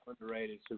underrated